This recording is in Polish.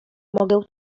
mogę